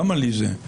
למה לי זה?